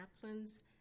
chaplains